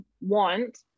want